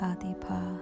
Adipa